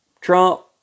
Trump